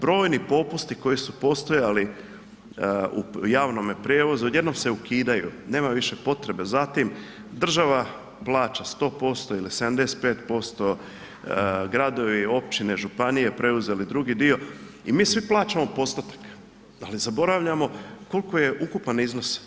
Brojni popusti koji su postojali u javnome prijevozu, odjednom se ukidaju, nema više potrebe za tim, država plaća 100% ili 75%, gradovi, općine, županije preuzeli drugi dio i mi svi plaćamo postotak, ali zaboravljamo koliko je ukupan iznos.